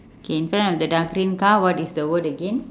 okay in front of the dark green car what is the word again